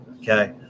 Okay